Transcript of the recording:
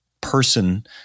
person